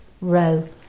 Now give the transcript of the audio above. row